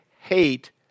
hate